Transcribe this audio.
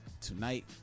tonight